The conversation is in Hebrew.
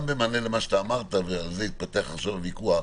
גם במענה למה שאתה אמרת ועל זה התפתח עכשיו הוויכוח,